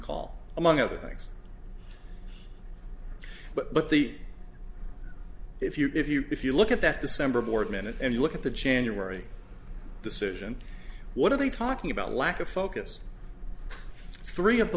call among other things but the if you if you if you look at that december boardman and you look at the january decision what are they talking about lack of focus three of the